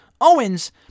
Owens